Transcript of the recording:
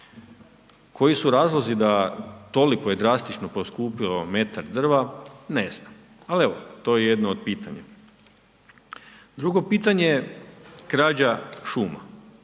Koji su razlozi da toliko i drastično je poskupilo metar drva, ne znam ali evo, to je jedno od pitanja. Drugo pitanje, krađa šuma.